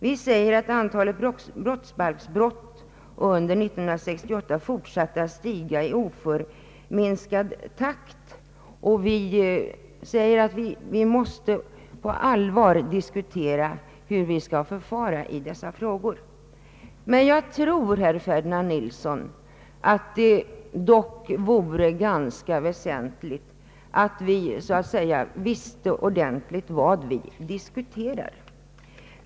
Vi säger att antalet brottsbalksbrott fortsatt att stiga i oförminskad takt under 1968, och vi säger att vi på allvar måste diskutera, hur vi skall förfara i dessa frågor. Men jag tror, herr Ferdinand Nilsson, att det är ganska väsentligt att vi så att säga ordentligt vet vad vi diskuterar.